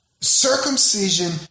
Circumcision